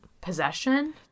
Possession